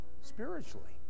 spiritually